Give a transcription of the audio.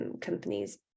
companies